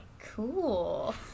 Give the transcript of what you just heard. cool